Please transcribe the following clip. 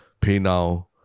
PayNow